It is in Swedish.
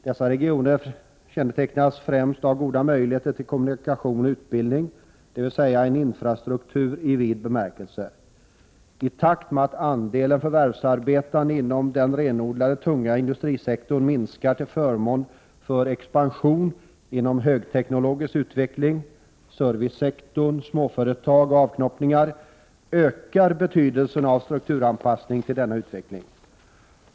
Dessa regioner kännetecknas främst av goda möjligheter till kommunikation och utbildning, dvs. infrastruktur i vid bemärkelse. I takt med att andelen förvärvsarbetande inom den renodlade, tunga industrisektorn minskar till förmån för expansion inom högteknologisk utveckling, servicesektor, småföretag och avknoppningar, ökar betydelsen av strukturanpassning till denna utveckling.